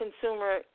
consumer